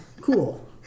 cool